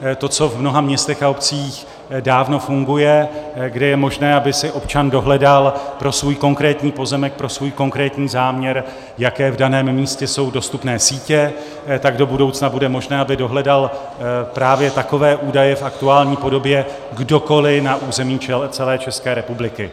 To, co v mnoha městech a obcích dávno funguje, kde je možné, aby si občan dohledal pro svůj konkrétní pozemek, pro svůj konkrétní záměr, jaké jsou v daném místě dostupné sítě, tak do budoucna bude možné, aby dohledal právě takové údaje v aktuální podobě kdokoliv na území České republiky.